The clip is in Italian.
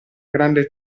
grande